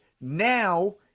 now